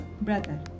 brother